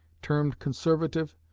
termed conservative,